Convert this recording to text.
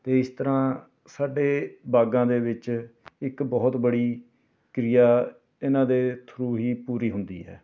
ਅਤੇ ਇਸ ਤਰ੍ਹਾਂ ਸਾਡੇ ਬਾਗਾਂ ਦੇ ਵਿੱਚ ਇੱਕ ਬਹੁਤ ਬੜੀ ਕ੍ਰਿਆ ਇਨ੍ਹਾਂ ਦੇ ਥਰੂ ਹੀ ਪੂਰੀ ਹੁੰਦੀ ਹੈ